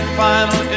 final